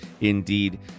Indeed